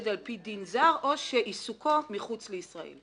על פי דין זר או שעיסוקו מחוץ לישראל".